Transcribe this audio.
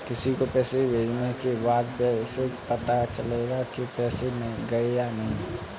किसी को पैसे भेजने के बाद कैसे पता चलेगा कि पैसे गए या नहीं?